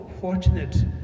fortunate